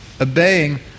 obeying